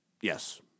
yes